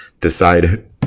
decide